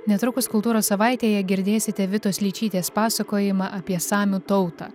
netrukus kultūros savaitėje girdėsite vitos ličytės pasakojimą apie samių tautą